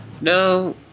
No